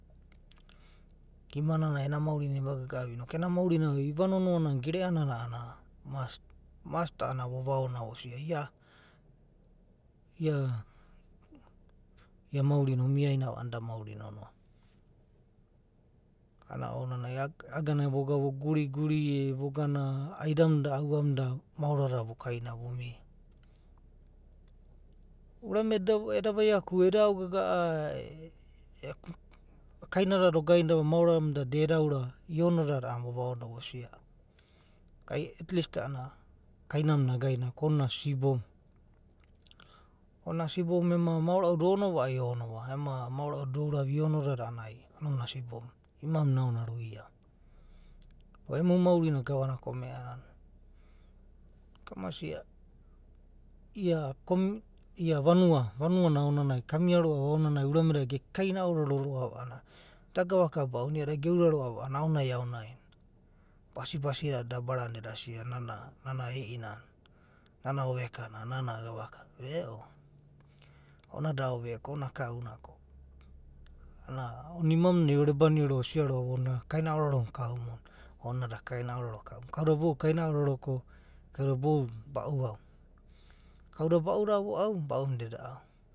Imananai ena maurina eva gaga’ava noku ena maurina iuanonoana gere anana mast. mast a’anana vo vaonia ia. ia. ia naurina omi ainava ana da mauri nonoa, a’anana ounana iagana vogana voguriguri e vogana aida muda aua muda maona dada vokaina vomia. Urame da eda vaiaku. eda aogagae. kaina muda ogainidava mora muda da ed aura ionodada a’anana vo vaonoda vosia ai at least a’anana kaina muna a gain ava ko ona sibomu. ona sibomu ema maora uda onora ema maora uda da onova a’anana ai ona sibomu imauru na aonanai aruiava ko emu mauri na gavana komea nana. Kamasia. ia ia vanuana aonanai. kamia roa’va aonanai urame da ge isan ororo roa’va a’anana da gavaka bauna iada geura roa’va anana aonai aonaina. basi. basi da da eda bara eda sia. nana e’inana. nana oveka na, nana gavaka na. veo ona da oveka. ona kauna ko ona ia maurinanai orebanio roa’va osia roa’va. ona kaina ororo na kau muna. ona da kaina ororo kaumuna kauda bou da kaina ororo ko kauda baubau. Kauda baudada voau. baumuda eda au.